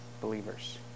believers